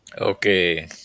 Okay